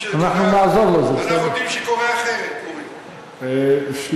אנחנו יודעים שקורה אחרת, אורי.